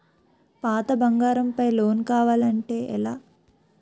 పాత బంగారం పై లోన్ కావాలి అంటే ఎలా?